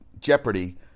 Jeopardy